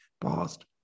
past